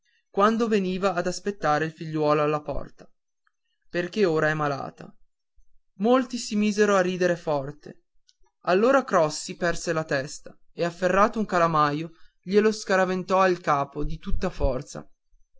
quando veniva a aspettare il figliuolo alla porta perché ora è malata molti si misero a ridere forte allora crossi perse la testa e afferrato un calamaio glie lo scaraventò al capo di tutta forza